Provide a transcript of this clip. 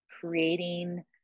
creating